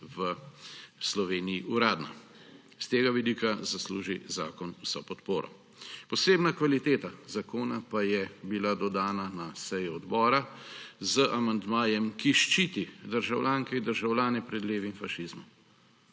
v Sloveniji uradna. S tega vidika zasluži zakon vso podporo. Posebna kvaliteta zakona pa je bila dodana na seji odbora z amandmajem, ki ščiti državljanke in državljane pred levim fašizmom,